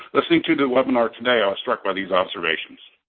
listening to the webinar today, i was stuck by these observations.